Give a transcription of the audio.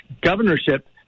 governorship